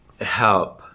help